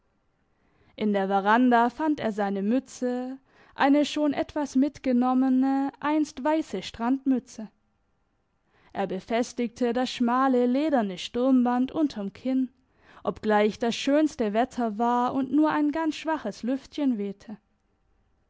in der veranda fand er seine mütze eine schon etwas mitgenommene einst weisse strandmütze er befestigte das schmale lederne sturmband unterm kinn obgleich das schönste wetter war und nur ein ganz schwaches lüftchen wehte